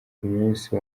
umunsi